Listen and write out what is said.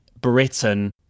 Britain